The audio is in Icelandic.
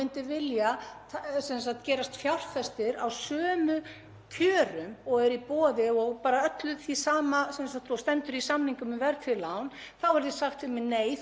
lán, verður sagt: Nei, þú mátti ekki taka svona lán og gera þetta með þessum hætti af því að þú ert ekki fagfjárfestir. Þetta er lán sem er eins og snjóbolti.